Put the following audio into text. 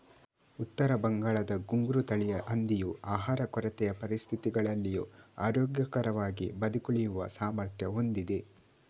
ಉತ್ತರ ಬಂಗಾಳದ ಘುಂಗ್ರು ತಳಿಯ ಹಂದಿಯು ಆಹಾರ ಕೊರತೆಯ ಪರಿಸ್ಥಿತಿಗಳಲ್ಲಿಯೂ ಆರೋಗ್ಯಕರವಾಗಿ ಬದುಕುಳಿಯುವ ಸಾಮರ್ಥ್ಯ ಹೊಂದಿದೆ